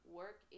work